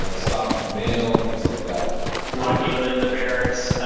ah stopping mail, things like that locking them in the barracks.